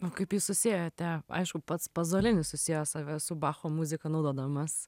o kaip jūs susiejote aišku pats pazolinis susiejo save su bacho muzika naudodamas